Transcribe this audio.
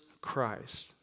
Christ